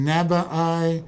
Nabai